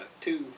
Two